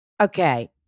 Okay